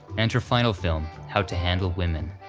and her final film, how to handle women.